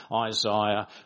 Isaiah